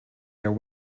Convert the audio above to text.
are